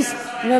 הנה, השר הגיע.